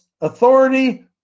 authority